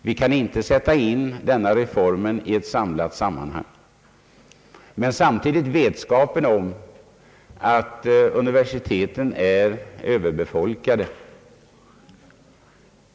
Vi kan inte sätta in denna reform i ett större sammanhang, men vi vet samtidigt att universiteten är överbefolkade.